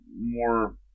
more